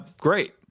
great